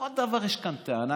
על כל דבר יש פה טענה,